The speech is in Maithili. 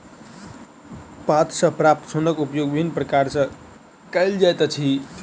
पात सॅ प्राप्त सोनक उपयोग विभिन्न प्रकार सॅ कयल जाइत अछि